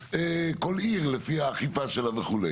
לפי כל עיר לפי האכיפה שלה וכו'.